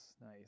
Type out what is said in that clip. nice